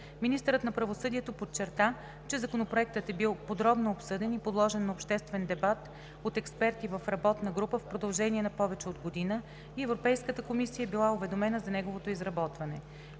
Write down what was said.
Министърът на правосъдието подчерта, че Законопроектът е бил подробно обсъден и подложен на обществен дебат от експерти в работна група в продължение на повече от година и Европейската комисия е била уведомена за неговото изработване.